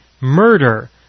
murder